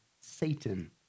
Satan